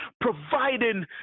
providing